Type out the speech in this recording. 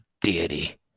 deity